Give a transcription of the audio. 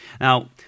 Now